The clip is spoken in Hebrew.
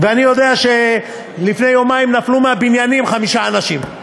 ואני יודע שלפני יומיים נפלו מבניינים חמישה אנשים,